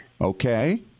Okay